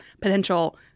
potential